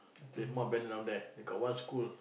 Mountbatten down there they got one school